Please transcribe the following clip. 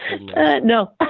No